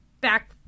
back